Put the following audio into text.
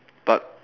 but